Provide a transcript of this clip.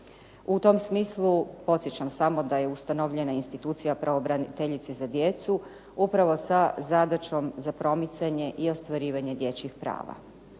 U tom smislu podsjećam samo da je ustanovljena institucija pravobraniteljice za djecu upravo sa zadaćom za promicanje i ostvarivanje dječjih prava.